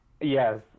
Yes